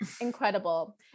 incredible